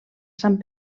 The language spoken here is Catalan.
sant